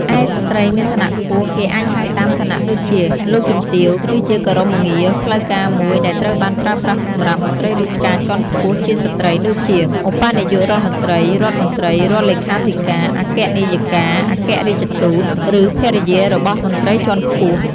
ឯស្ត្រីមានឋានៈខ្ពស់ គេអាចហៅតាមឋានៈដូចជា "លោកជំទាវ"គឺជាគោរមងារផ្លូវការមួយដែលត្រូវបានប្រើប្រាស់សម្រាប់ មន្ត្រីរាជការជាន់ខ្ពស់ជាស្ត្រីដូចជា ឧបនាយករដ្ឋមន្ត្រី រដ្ឋមន្ត្រី រដ្ឋលេខាធិការ អគ្គនាយិកា អគ្គរាជទូត ឬភរិយារបស់មន្ត្រីជាន់ខ្ពស់។